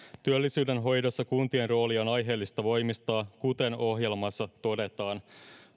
työllisyyden hoidossa kuntien roolia on aiheellista voimistaa kuten ohjelmassa todetaan